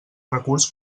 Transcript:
recurs